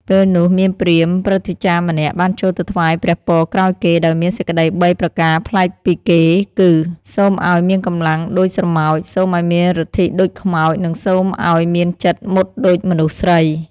ពេលនោះ មានព្រាហ្មណ៍ព្រឹទ្ធាចារ្យម្នាក់ បានចូលទៅថ្វាយព្រះពរក្រោយគេ ដោយមានសេចក្តី ៣ ប្រការប្លែកពីគឺ សូមឲ្យមានកម្លាំងដូចស្រមោច សូមឲ្យមានឫទ្ធិដូចខ្មោច និងសូមឲ្យមានចិត្តមុតដូចមនុស្សស្រី។